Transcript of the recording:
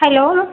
hello